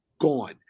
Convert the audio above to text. gone